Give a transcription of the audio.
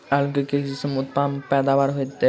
आलु केँ के किसिम उन्नत पैदावार देत?